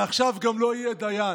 ומעכשיו גם לא יהיה דיין.